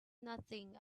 nothing